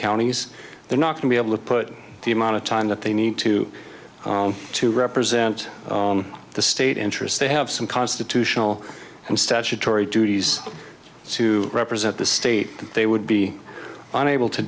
counties they're not going be able to put the amount of time that they need to to represent the state interests they have some constitutional and statutory duties to represent the state and they would be unable to